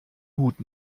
hut